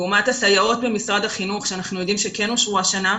לעומת הסייעות במשרד החינוך שאנחנו יודעים שכן אושרו השנה,